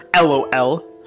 LOL